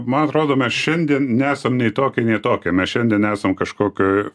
man rodo mes šiandien nesam nei tokia nei tokia mes šiandien esam kažkokioj